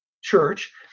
church